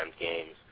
games